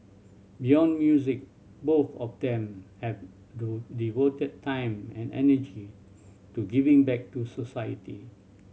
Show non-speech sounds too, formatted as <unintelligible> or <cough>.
beyond music both of them have <unintelligible> devoted time and energy to giving back to society